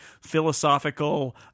philosophical